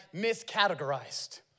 miscategorized